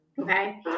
Okay